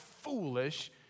foolish